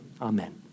amen